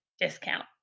discount